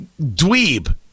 Dweeb